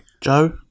Joe